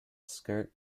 skirt